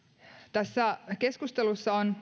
tässä keskustelussa on